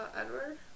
edward